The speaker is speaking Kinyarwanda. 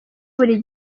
buri